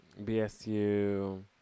BSU